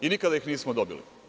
I nikada ih nismo dobili.